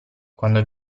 quando